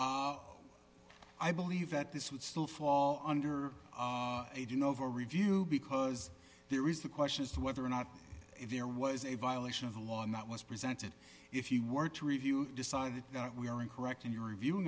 right i believe that this would still fall under age an over review because there is the question as to whether or not if there was a violation of the law and that was presented if you were to review decide that we are incorrect in your reviewing